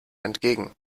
entgegen